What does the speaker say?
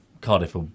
Cardiff